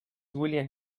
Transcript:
william